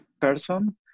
person